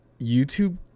YouTube